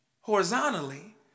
horizontally